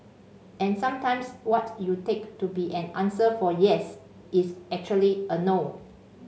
and sometimes what you take to be an answer for yes is actually a no